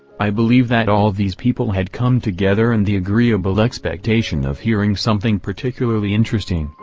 i believe that all these people had come together in the agreeable expectation of hearing something particularly interesting,